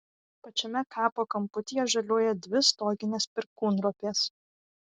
pačiame kapo kamputyje žaliuoja dvi stoginės perkūnropės